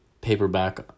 paperback